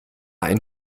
ein